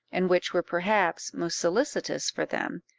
and which were perhaps most solicitous for them,